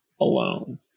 alone